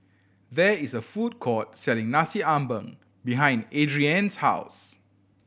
there is a food court selling Nasi Ambeng behind Adrien's house